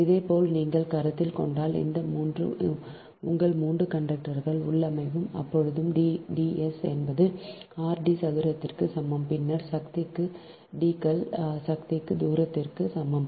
அதேபோல் இதை நீங்கள் கருத்தில் கொண்டால் இந்த 3 உங்கள் 3 கண்டக்டர்கள் உள்ளமைவு அப்பொழுது D s என்பது r d சதுரத்திற்கு சமம் பின்னர் சக்திக்கு d கள் சக்திக்கு சதுரத்திற்கு சமம்